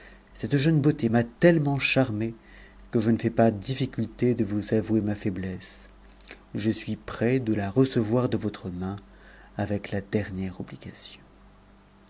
cette jeune beauté m'a moment charmé que je ne fais pas difficulté de vous avouer ma faiblesse je suis prêt de la recevoir de votre main avec la dernière obligation